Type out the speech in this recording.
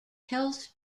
health